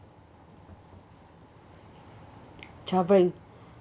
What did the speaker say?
travelling